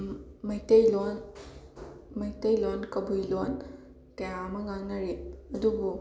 ꯃꯩꯇꯩ ꯂꯣꯟ ꯃꯩꯇꯩ ꯂꯣꯟ ꯀꯕꯨꯏ ꯂꯣꯟ ꯀꯌꯥ ꯑꯃ ꯉꯥꯡꯅꯔꯤ ꯑꯗꯨꯕꯨ